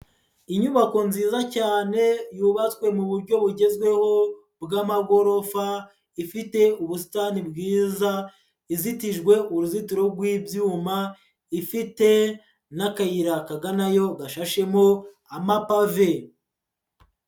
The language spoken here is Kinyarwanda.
Inyubako nziza cyane yubatswe mu buryo bugezweho bw'amagorofa, ifite ubusitani bwiza, izitijwe uruzitiro rw'ibyuma, ifite n'akayira kaganayo gashashemo amapave.